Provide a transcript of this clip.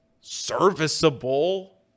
serviceable